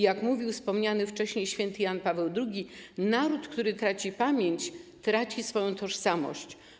Jak mówił wspomniany wcześniej św. Jan Paweł II, naród, który traci pamięć, traci swoją tożsamość.